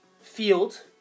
field